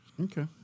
okay